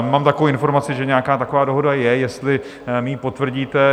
Mám takovou informaci, že nějaká taková dohoda je, jestli mi ji potvrdíte?